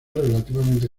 relativamente